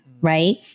right